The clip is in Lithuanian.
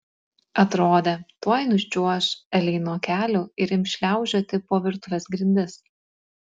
atrodė tuoj nučiuoš elei nuo kelių ir ims šliaužioti po virtuvės grindis